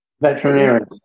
veterinarian